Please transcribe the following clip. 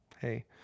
hey